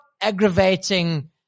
aggravating